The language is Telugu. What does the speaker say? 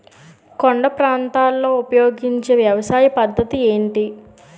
కొండ ప్రాంతాల్లో ఉపయోగించే వ్యవసాయ పద్ధతి ఏంటి?